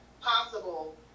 possible